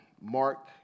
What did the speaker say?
Mark